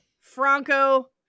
franco